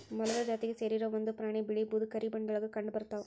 ಮೊಲದ ಜಾತಿಗೆ ಸೇರಿರು ಒಂದ ಪ್ರಾಣಿ ಬಿಳೇ ಬೂದು ಕರಿ ಬಣ್ಣದೊಳಗ ಕಂಡಬರತಾವ